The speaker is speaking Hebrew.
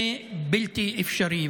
זה בלתי אפשרי.